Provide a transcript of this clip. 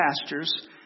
pastures